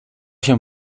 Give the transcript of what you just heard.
się